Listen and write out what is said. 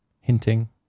hinting